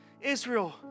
Israel